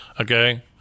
Okay